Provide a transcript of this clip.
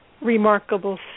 Remarkable